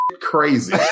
crazy